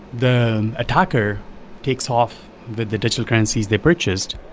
the attacker takes off the the digital currencies they purchased.